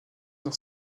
d’un